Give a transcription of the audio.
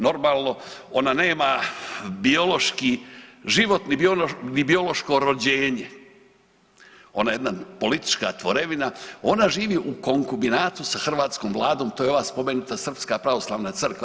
Normalno, ona nema biološki, životno ni biološko rođenje, ona je jedna politička tvorevina, ona živi u konkubinatu sa hrvatskom vladom, to je ova spomenuta Srpska pravoslavna crkva.